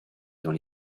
dans